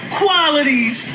qualities